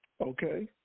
okay